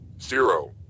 Zero